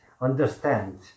understand